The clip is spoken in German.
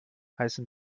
heißen